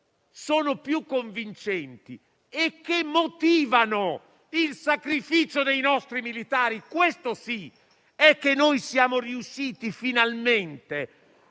- è più convincente e motiva il sacrificio dei nostri militari - questo sì - è che siamo riusciti finalmente